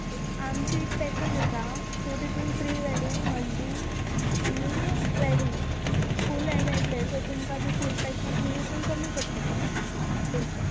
okay आमची package आसा so तेतून प्रि वेडींग हल्दी आनी वेडींग फूल हें मेळटलें सो तुमकां ती फूल पेकेज हेतून कमी पडटले पयशे